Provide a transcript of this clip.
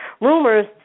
rumors